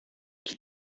qui